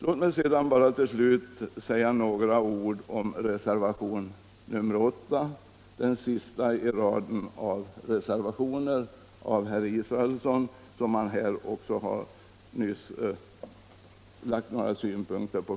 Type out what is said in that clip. Låt mig sedan till slut säga några ord om reservationen 8, som är den sista i raden av reservationer av herr Israelsson och som han här också nyss lagt några synpunkter på.